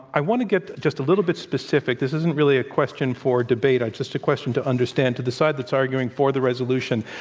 i want to get just a little bit specific. this isn't really a question for debate it's just a question to understand. to the side that's arguing for the resolution,